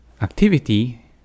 activity